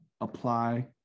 Apply